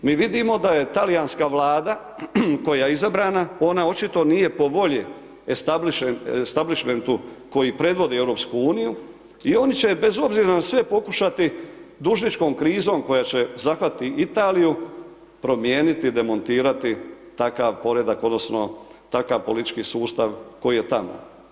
Mi vidimo da je talijanska vlada, koja je izabrana, ona očito nije po volji … koji predvodi EU i oni će bez obzira na sve pokušati dužničkom krizom, koja će zahvatiti Italiju, promijeniti, demontirati takav poredak, odnosno, takav politički sustav koji je tamo.